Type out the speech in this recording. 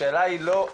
השאלה היא לא,